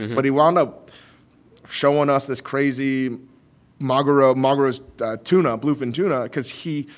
but he wound up showing us this crazy magora magora's tuna, bluefin tuna because he,